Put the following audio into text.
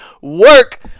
work